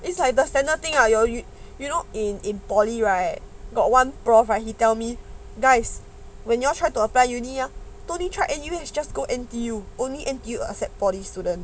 it's like understand its a standard thing ah you know in in polytechnic right got one professor right he tell me guys when you all try to apply university right just go N_T_U is all like polytechnic student